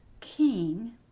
king